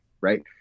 right